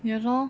ya lor